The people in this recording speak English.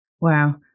Wow